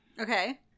Okay